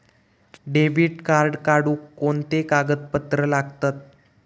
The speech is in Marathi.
डेबिट कार्ड काढुक कोणते कागदपत्र लागतत?